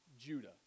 Judah